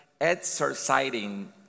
exercising